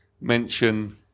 mention